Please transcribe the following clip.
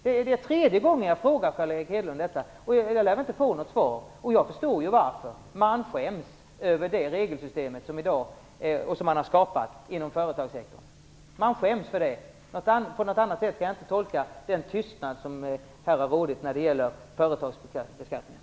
Det är tredje gången jag frågar Carl Erik Hedlund detta, och jag lär inte få något svar. Jag förstår varför. Man skäms över det regelsystem för företagssektorn som man har skapat. Man skäms för det. På något annat sätt kan jag inte tolka den tystnad som har rått här när det gäller företagsbeskattningen.